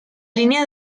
línea